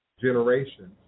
generations